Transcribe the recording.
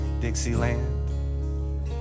Dixieland